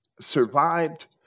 survived